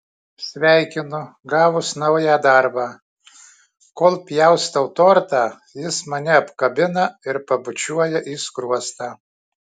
sveikinu gavus naują darbą kol pjaustau tortą jis mane apkabina ir pabučiuoja į skruostą